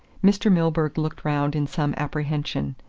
mr. milburgh looked round in some apprehension.